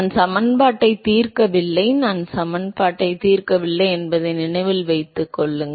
நான் சமன்பாட்டை தீர்க்கவில்லை நான் சமன்பாட்டை தீர்க்கவில்லை என்பதை நினைவில் கொள்க